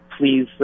please